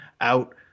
out